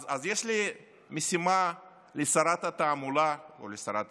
אז יש לי משימה לשרת התעמולה או לשרת ההסברה: